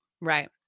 Right